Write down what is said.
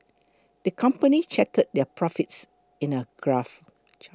the company charted their profits in a graph